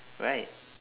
right